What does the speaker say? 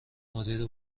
مدیر